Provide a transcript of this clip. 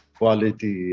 quality